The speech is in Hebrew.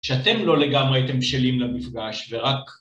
כשאתם לא לגמרי הייתם בשלים למפגש ורק...